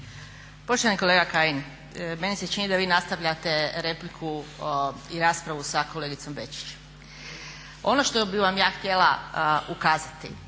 Poštovani kolega Kajin, meni se čini da vi nastavljate repliku i raspravu sa kolegicom Bečić. Ono što bih vam ja htjela ukazati